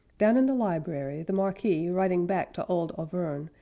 down in the library, the marquis, writing back to old auvergne,